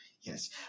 Yes